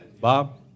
Bob